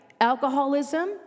Alcoholism